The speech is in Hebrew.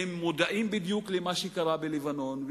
והם מודעים בדיוק למה שקרה בלבנון,